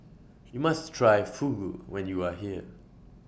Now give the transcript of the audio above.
YOU must Try Fugu when YOU Are here